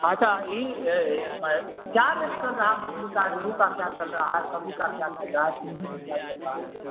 اچھا ای کیا ریٹ چل رہا مچھلی کا ریہو کا کیا چل رہا ہے کبئی کا کیا چل رہا ہے سنھگی کا کیا چل رہا ہے